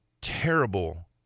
terrible